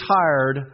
tired